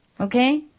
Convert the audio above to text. Okay